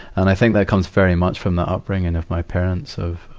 and i think that comes very much from the upbringing of my parents, of,